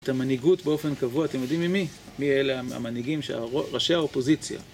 את המנהיגות באופן קבוע, אתם יודעים ממי? מי אלה המנהיגים, ראשי האופוזיציה.